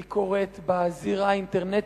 היא קורית בזירה האינטרנטית,